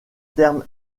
terme